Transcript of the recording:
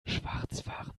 schwarzfahren